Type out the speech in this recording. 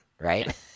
right